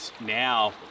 now